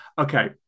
Okay